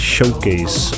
showcase